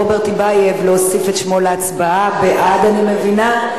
הרווחה והבריאות נתקבלה.